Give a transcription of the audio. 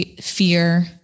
fear